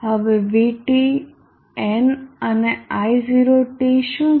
હવે VT n અને I0t શું છે